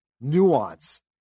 nuance